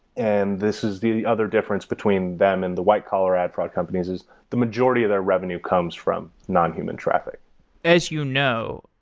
and this is the other difference between them and the white collar ad fraud companies, is the majority of their revenue comes from non-human traffic as you know,